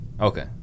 Okay